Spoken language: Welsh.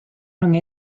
rhwng